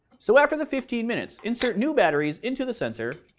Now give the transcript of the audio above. so, after the fifteen minutes, insert new batteries into the sensor,